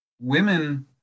Women